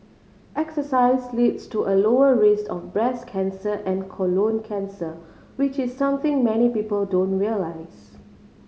exercise leads to a lower risk of breast cancer and colon cancer which is something many people don't realise